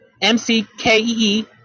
M-C-K-E-E